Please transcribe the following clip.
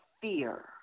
fear